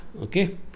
okay